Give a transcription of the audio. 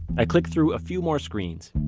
i clicked through a few more screens.